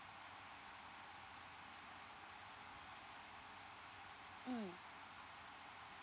mm